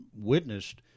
witnessed